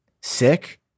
sick